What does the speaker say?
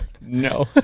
No